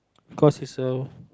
cos it's a